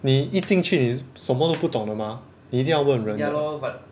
你一进去你什么都不懂的 mah 你一定要问人的